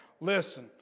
Listen